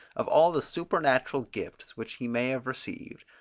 of all the supernatural gifts which he may have received,